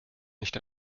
nicht